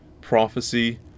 prophecy